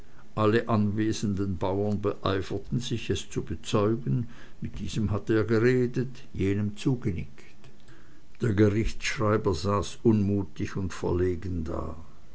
alle anwesenden bauern beeiferten sich es zu bezeugen mit diesem hatte er geredet jenem zugenickt der gerichtsschreiber saß unmutig und verlegen da